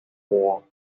moor